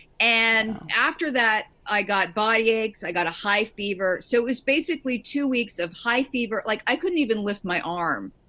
and after that i got body aches, i got a high fever. so, it was basically two weeks of high fever, like, i couldn't even lift my arm.